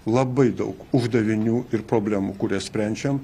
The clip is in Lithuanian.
labai daug uždavinių ir problemų kurias sprendžiam